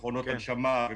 מכונות הנשמה,